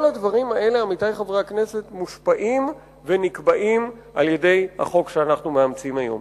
כל הדברים האלה מושפעים ונקבעים על-ידי החוק שאנחנו מאמצים היום.